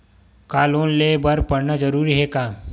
का लोन ले बर पढ़ना जरूरी हे का?